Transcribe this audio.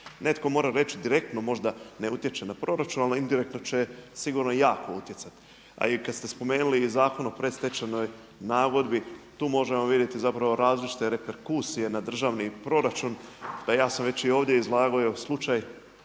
netko mora reći direktno možda ne utječe na proračun ali indirektno će sigurno jako utjecati. A i kada ste spomenuli Zakon o predstečajnoj nagodbi tu možemo vidjeti zapravo različite reperkusije na državni proračun. Pa ja sam već i ovdje izlagao slučaj